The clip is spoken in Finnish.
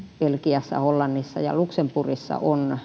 belgiassa hollannissa ja luxemburgissa on